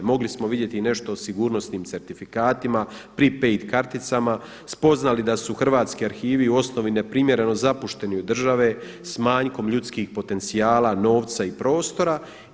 Mogli smo vidjeti i nešto o sigurnosnim certifikatima prepaid karticama, spoznali da su hrvatski arhivi u osnovi neprimjereno zapušteni od države s manjkom ljudskih potencijala, novca i prostora.